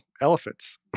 elephants